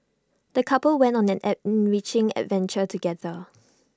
the couple went on an enriching adventure together